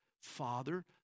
Father